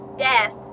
Death